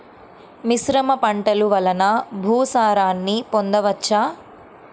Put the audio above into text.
మిశ్రమ పంటలు వలన భూసారాన్ని పొందవచ్చా?